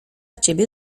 ciebie